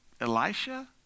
Elisha